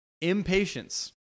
Impatience